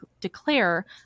declare